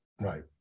Right